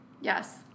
Yes